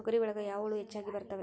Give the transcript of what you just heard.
ತೊಗರಿ ಒಳಗ ಯಾವ ಹುಳ ಹೆಚ್ಚಾಗಿ ಬರ್ತವೆ?